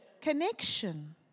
connection